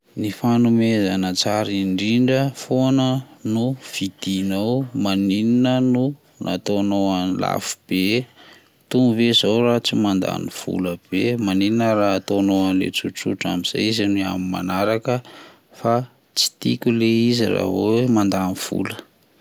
Ny fanomezana tsara indrindra foana no fidinao, maninona no nataonao any lafo be, itony ve zao raha tsy mandany vola be, maninona raha ataonao an'ny le tsotsotra amin'izay izy ny amin'ny manaraka fa tsy tiako le izy raha hoe mandany vola.